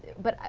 but,